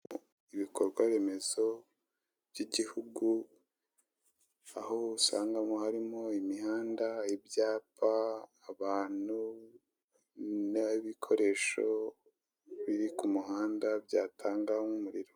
Ibikorwaremezo by'igihugu aho asangamo harimo imihanda, ibyapa, abantu n'ibikoresho biri ku muhanda byatanga umuriro.